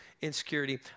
insecurity